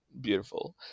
beautiful